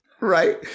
Right